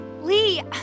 Lee